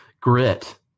Grit